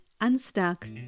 unstuck